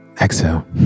Exhale